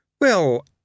Well